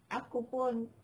aku pun